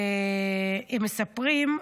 והם מספרים,